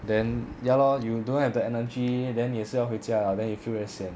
then ya lor you don't have the energy then 也是要回家了 then you feel very sian